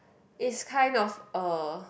it's kind of a